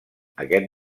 aquest